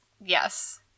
Yes